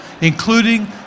including